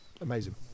amazing